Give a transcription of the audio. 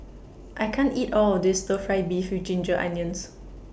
I can't eat All of This Stir Fry Beef with Ginger Onions